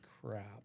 crap